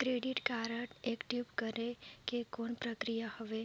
Credit card active करे के कौन प्रक्रिया हवे?